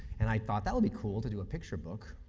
and i thought, that would be cool to do a picture book,